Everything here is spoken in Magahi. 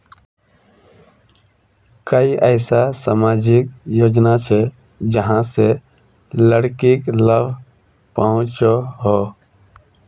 कोई ऐसा सामाजिक योजना छे जाहां से लड़किक लाभ पहुँचो हो?